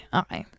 okay